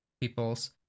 peoples